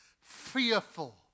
fearful